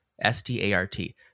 S-T-A-R-T